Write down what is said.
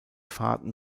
fahrten